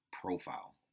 profile